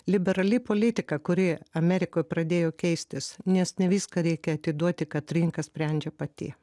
liberali politika kuri amerikoj pradėjo keistis nes ne viską reikia atiduoti kad rinka sprendžia pati